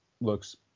looks